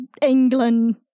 England